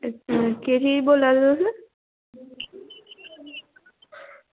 केह् चीज़ बोल्ला दे तुस